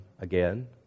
again